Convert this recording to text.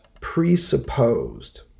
presupposed